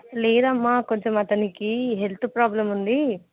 లేదమ్మ కొంచం అతనికి health problem ఉంది